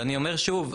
ואני אומר שוב,